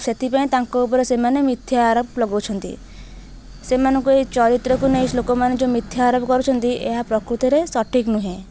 ସେଥିପାଇଁ ତାଙ୍କ ଉପରେ ସେମାନେ ମିଥ୍ୟା ଆରୋପ ଲଗାେଉଛନ୍ତି ସେମାନଙ୍କୁ ଏହି ଚରିତ୍ରକୁ ନେଇ କି ଲୋକମାନେ ଯେଉଁ ମିଥ୍ୟା ଆରୋପ କରୁଛନ୍ତି ଏହା ପ୍ରକୃତରେ ସଠିକ୍ ନୁହେଁ